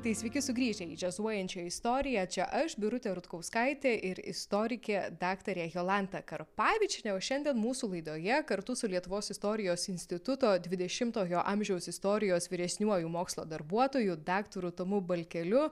tai sveiki sugrįžę į džiazuojančią istoriją čia aš birutė rutkauskaitė ir istorikė daktarė jolanta karpavičienė o šiandien mūsų laidoje kartu su lietuvos istorijos instituto dvidešimtojo amžiaus istorijos vyresniuoju mokslo darbuotoju daktaru tomu balkeliu